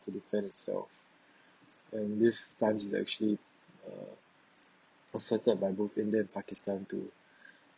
to defend itself and this time's is actually uh asserted by both india and pakistan too